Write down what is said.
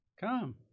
come